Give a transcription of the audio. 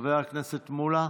חבר הכנסת מולא,